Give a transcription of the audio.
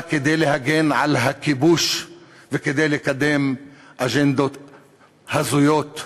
יצאה כדי להגן על הכיבוש וכדי לקדם אג'נדות הזויות.